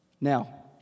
Now